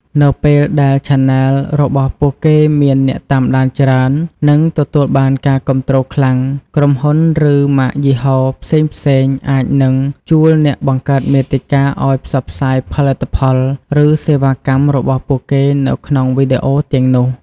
នៅពេលដែលឆានែលរបស់ពួកគេមាន អ្នកតាមដានច្រើន និងទទួលបានការគាំទ្រខ្លាំង ក្រុមហ៊ុន ឬម៉ាកយីហោផ្សេងៗអាចនឹង ជួលអ្នកបង្កើតមាតិកាឲ្យផ្សព្វផ្សាយផលិតផល ឬសេវាកម្ម របស់ពួកគេនៅក្នុងវីដេអូទាំងនោះ។